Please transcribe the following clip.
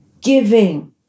giving